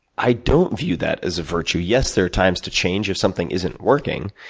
i don't view that as a virtue. yes, there are times to change, if something isn't working,